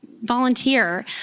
volunteer